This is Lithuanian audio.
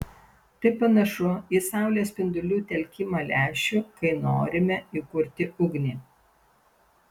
tai panašu į saulės spindulių telkimą lęšiu kai norime įkurti ugnį